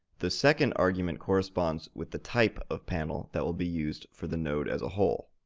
the second argument corresponds with the type of panel that will be used for the node as a whole.